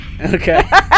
Okay